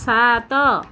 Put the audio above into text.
ସାତ